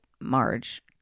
Marge